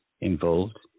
involved